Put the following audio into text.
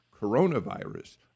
coronavirus